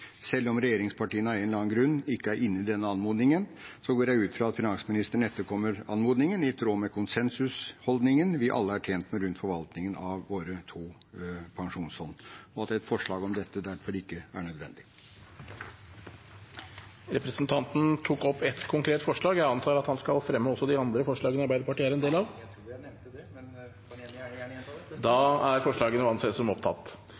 Selv om regjeringspartiene av en eller annen grunn ikke er inne i denne anmodningen, går jeg ut fra at finansministeren etterkommer anmodningen, i tråd med konsensusholdningen vi alle er tjent med rundt forvaltningen av våre to pensjonsfond – og at et forslag om dette derfor ikke er nødvendig. Da har representanten Svein Roald Hansen tatt opp de forslagene han refererte til. Det ligger noen grunnleggende prinsipper til grunn for forvaltningen av Statens pensjonsfond utland. Det er prinsipper som har ligget der over tid, og som